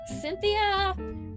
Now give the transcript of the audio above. Cynthia